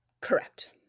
Correct